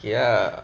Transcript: ya